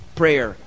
prayer